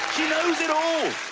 knows it all.